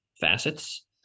facets